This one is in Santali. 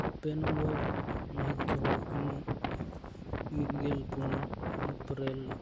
ᱟᱨ ᱯᱮ ᱱᱚᱢᱵᱚᱨ ᱢᱟᱦᱤᱛ ᱫᱚ ᱦᱩᱭᱩᱜ ᱠᱟᱱᱟ ᱢᱤᱫᱜᱮᱞ ᱯᱩᱱ ᱮᱯᱨᱮᱞ